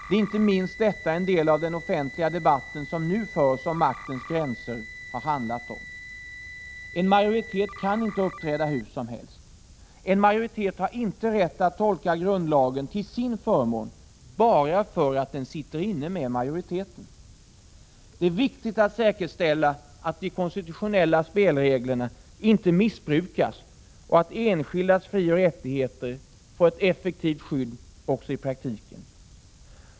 Det är inte minst detta en del av den offentliga debatten som nu förs om maktens gränser har handlat om. En majoritet kan inte uppträda hur som helst. En majoritet har inte rätt att tolka grundlagen till sin förmån bara för att den råkar vara majoritet. Det är viktigt att säkerställa att de konstitutionella spelreglerna inte missbrukas och att enskildas frioch rättigheter får ett effektivt skydd också i praktiken.